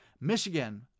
Michigan